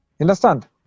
Understand